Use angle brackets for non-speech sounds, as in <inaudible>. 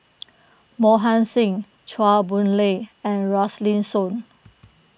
<noise> Mohan Singh Chua Boon Lay and Rosaline Soon